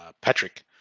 Patrick